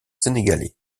sénégalais